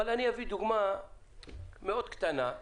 אבל אני אביא דוגמה מאוד קטנה.